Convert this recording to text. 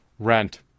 rent